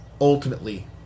ultimately